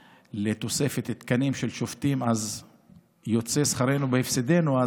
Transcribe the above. לתוספת תקנים של שופטים אז יוצא שכרנו בהפסדנו.